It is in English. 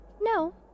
No